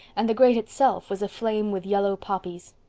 and the grate itself was aflame with yellow poppies.